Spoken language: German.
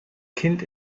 kind